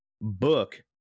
book